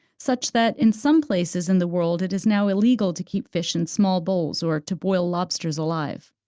such that in some places in the world it is now illegal to keep fish in small bowls or to boil lobsters alive.